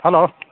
hello